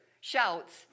shouts